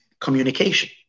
communication